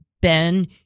Ben